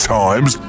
times